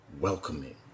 welcoming